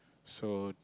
so